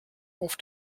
auf